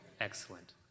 Excellent